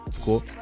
cool